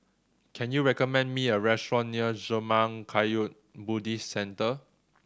can you recommend me a restaurant near Zurmang Kagyud Buddhist Centre